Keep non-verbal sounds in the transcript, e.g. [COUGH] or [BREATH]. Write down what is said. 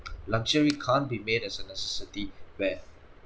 luxury can't be made as a necessity [BREATH] where